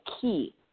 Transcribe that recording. key